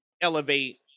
elevate